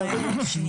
אתרים,